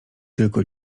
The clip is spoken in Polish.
tylko